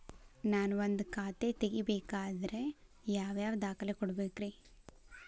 ನಾನ ಒಂದ್ ಖಾತೆ ತೆರಿಬೇಕಾದ್ರೆ ಯಾವ್ಯಾವ ದಾಖಲೆ ಕೊಡ್ಬೇಕ್ರಿ?